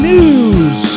News